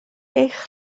eich